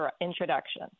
introduction